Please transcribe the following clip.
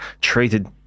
treated